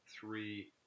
three